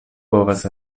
povas